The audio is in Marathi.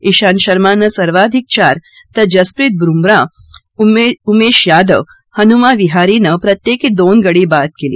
िंगत शर्मानं सर्वाधिक चार तर जसप्रीत बुमराह उमेश यादव हनुमा विहारीनं प्रत्येकी दोन गडी बाद केले